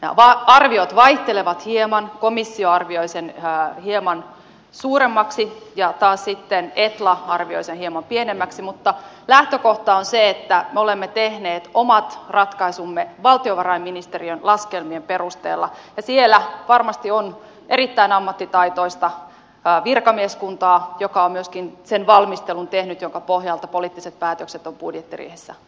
nämä arviot vaihtelevat hieman komissio arvioi sen hieman suuremmaksi ja taas sitten etla arvioi sen hieman pienemmäksi mutta lähtökohta on se että me olemme tehneet omat ratkaisumme valtiovarainministeriön laskelmien perusteella ja siellä varmasti on erittäin ammattitaitoista virkamieskuntaa joka on tehnyt myöskin sen valmistelun jonka pohjalta poliittiset päätökset on budjettiriihessä tehty